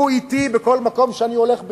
הוא אתי בכל מקום שאני הולך,